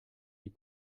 die